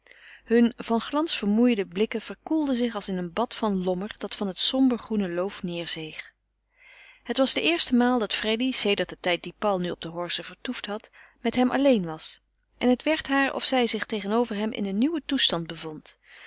hun van glans vermoeide blikken verkoelden zich als in een bad van lommer dat van het sombergroene loof neêrzeeg het was de eerste maal dat freddy sedert den tijd dien paul nu op de horze vertoefd had met hem alleen was en het werd haar of zij zich tegenover hem in een nieuwen toestand bevond